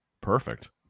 Perfect